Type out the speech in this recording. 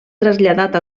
traslladat